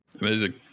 Amazing